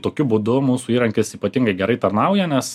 tokiu būdu mūsų įrankis ypatingai gerai tarnauja nes